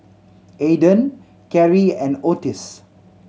Aydan Carie and Ottis